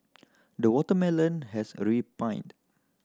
the watermelon has